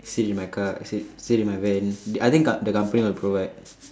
sit in my car sit sit in my van I think ka~ the company will provide